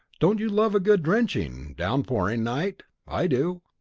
don't you love a good drenching, downpouring night? i do!